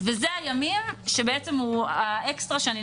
היום ה-29 ביולי, י"ט בתמוז תשפ"א.